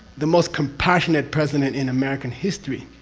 the most compassionate president in american history,